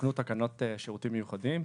תוקנו תקנות שירותים מיוחדים,